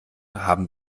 haben